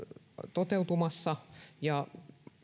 toteutumassa